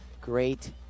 great